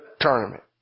tournament